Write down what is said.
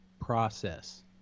Process